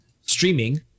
streaming